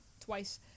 twice